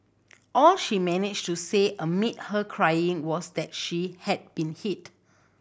all she managed to say amid her crying was that she had been hit